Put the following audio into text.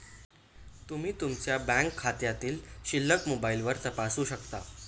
तुम्ही तुमच्या बँक खात्यातील शिल्लक मोबाईलवर तपासू शकता